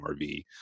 RV